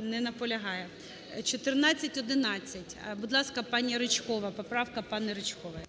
Не наполягає. 1411. Будь ласка, пані Ричкова. Поправка пані Ричкової. 13:18:33 РИЧКОВА Т.Б.